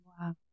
Wow